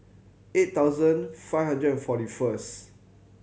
eight thousand five hundred and forty first